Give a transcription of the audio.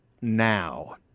now